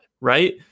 right